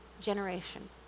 generation